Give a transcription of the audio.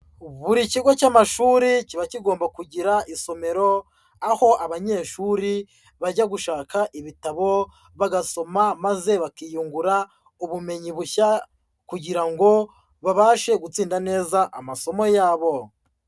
Buri kigo cy'amashuri kiba kigomba kugira isomero, aho abanyeshuri bajya gushaka ibitabo bagasoma maze bakiyungura ubumenyi bushya, kugira ngo babashe gutsinda neza amasomo yabo.